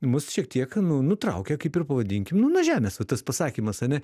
mus šiek tiek nu nu traukia kaip ir pavadinkim nu nuo žemės va tas pasakymas ane